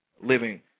living